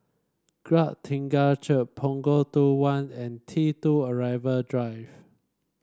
Glad Church Punggol two one and T two Arrival Drive